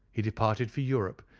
he departed for europe,